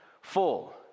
full